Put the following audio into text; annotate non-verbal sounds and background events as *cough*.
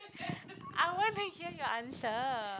*laughs* I want to hear your answer